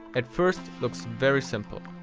at first, looks very simple.